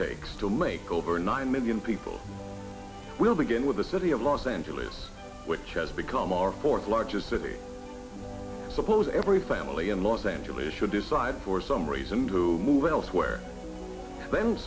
takes to make over nine million people will begin with the city of los angeles which has become our fourth largest city suppose every family in los angeles should decide for some reason to move elsewhere the